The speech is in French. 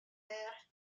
mer